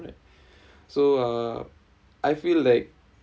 so uh I feel like